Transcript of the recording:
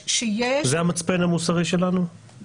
זה המצפן המוסרי שלנו?